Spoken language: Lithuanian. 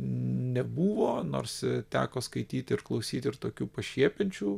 nebuvo nors teko skaityti ir klausyti ir tokių pašiepiančių